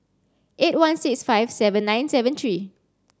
eight one six five seven nine seven three